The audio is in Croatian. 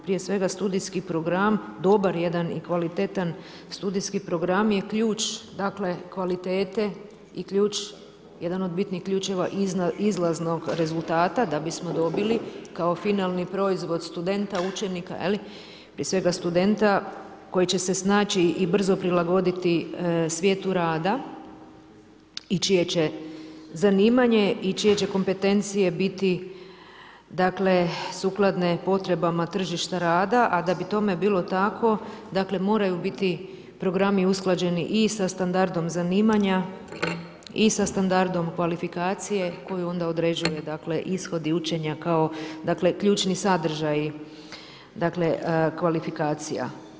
Prije svega studijski program, dobar jedan i kvalitetan studijski program je ključ kvalitete i jedan od bitnih ključeva izlaznog rezultata da bismo dobili kao finalni proizvod studenta, učenika, prije svega studenta koji će se snaći i brzo prilagoditi svijetu rada i čije će zanimanje i čije će kompetencije biti sukladne potrebama tržišta rada a da bi tome bilo tako, moraju biti programi usklađeni i standardom zanimanja i sa standardom kvalifikacije koju onda određuje ishod i učenja kao ključni sadržaji kvalifikacija.